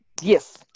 yes